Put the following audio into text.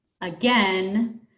again